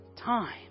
time